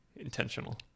intentional